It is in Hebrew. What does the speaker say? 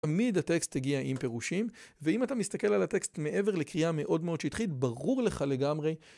תמיד הטקסט הגיע עם פירושים ואם אתה מסתכל על הטקסט מעבר לקריאה מאוד מאוד שטחית ברור לך לגמרי